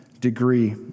degree